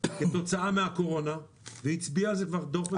כתוצאה מהקורונה והצביע על זה הדוח.